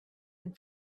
and